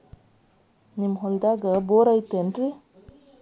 ನಿಮ್ಮ ಹೊಲ್ದಾಗ ಬೋರ್ ಐತೇನ್ರಿ?